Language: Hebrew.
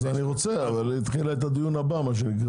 אני רוצה אבל היא התחילה את הדיון הבא.